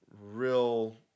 real